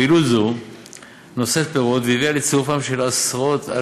פעילות זו נושאת פירות והביאה לצירופם של עשרות-אלפי